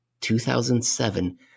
2007